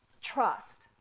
trust